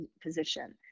position